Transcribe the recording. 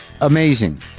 Amazing